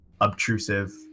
obtrusive